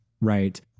Right